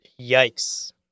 yikes